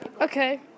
Okay